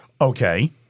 Okay